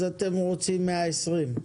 אתם רוצים 120 ימים.